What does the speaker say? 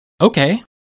Okay